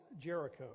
Jericho